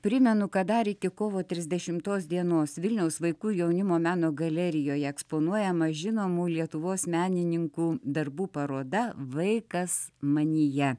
primenu kad dar iki kovo trisdešimtos dienos vilniaus vaikų ir jaunimo meno galerijoje eksponuojama žinomų lietuvos menininkų darbų paroda vaikas manyje